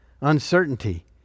uncertainty